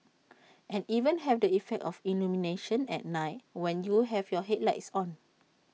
and even have the effect of illumination at night when you have your headlights on